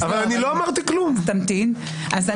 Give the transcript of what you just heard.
אז תמתין.